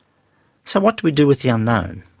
so what do we do with the unknown?